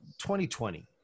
2020